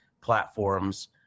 platforms